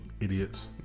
Idiots